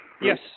Yes